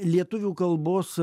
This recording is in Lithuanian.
lietuvių kalbos